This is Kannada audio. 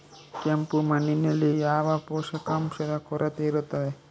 ಕೆಂಪು ಮಣ್ಣಿನಲ್ಲಿ ಯಾವ ಪೋಷಕಾಂಶದ ಕೊರತೆ ಇರುತ್ತದೆ?